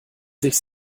sich